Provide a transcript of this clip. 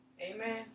Amen